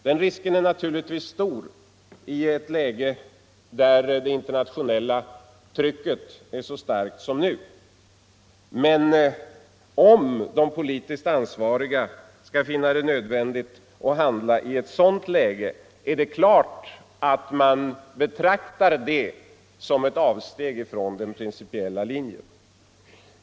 Den risken är naturligtvis stor i en situation där det internationella trycket är så starkt som nu, men om de politiskt ansvariga finner det nödvändigt att handla i ett sådant läge är det klart att man betraktar det som ett avsteg från den principiella linjen.